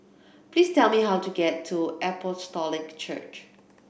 please tell me how to get to Apostolic Church